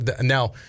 now